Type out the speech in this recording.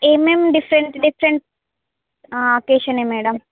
ఏమేం different different అకేషనే madam